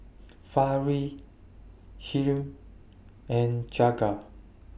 Fali Hri and Jagat